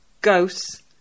Ghosts